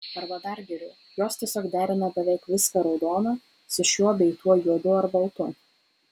arba dar geriau jos tiesiog derina beveik viską raudoną su šiuo bei tuo juodu ar baltu